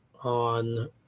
on